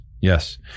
Yes